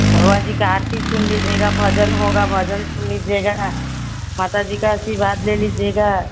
भगवान जी का आरती सुन लीजिएगा भजन होगा भजन सुन लीजिएगा माता जी का आशीर्वाद ले लीजिएगा